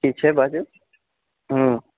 कि छै बाजू